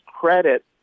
credit